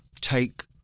take